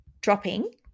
dropping